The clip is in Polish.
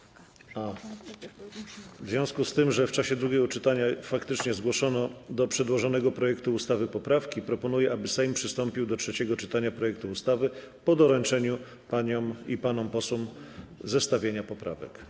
W związku z tym, że w czasie drugiego czytania zgłoszono do przedłożonego projektu ustawy poprawki, proponuję, aby Sejm przystąpił do trzeciego czytania projektu ustawy po doręczeniu paniom i panom posłom zestawienia poprawek.